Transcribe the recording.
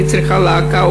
אני צריכה להקה,